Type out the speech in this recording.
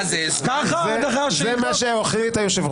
יש פנייה מסודרת שלנו בעניין הזה.